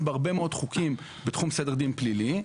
בהרבה מאוד חוקים בתחום סדר דין פלילי,